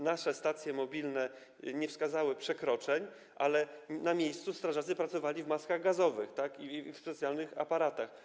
Nasze stacje mobilne nie wskazywały przekroczeń, ale na miejscu strażacy pracowali w maskach gazowych i specjalnych aparatach.